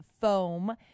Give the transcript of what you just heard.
foam